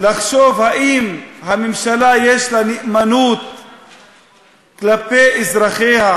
לחשוב האם לממשלה יש נאמנות כלפי אזרחיה,